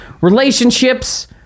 relationships